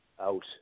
out